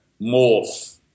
morph